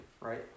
right